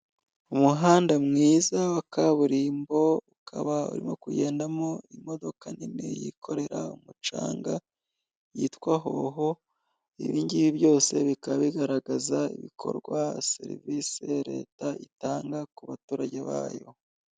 Umuhanda mwiza wa kaburimbo, ukaba urimo kugedamo imodoka nini yikorera umucanga, yitwa Howo, ibingibi byose bikaba bigaragaza ibikorwa, serivise Leta itanga ku baturage bayo.